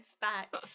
back